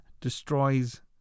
destroys